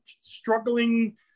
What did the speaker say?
struggling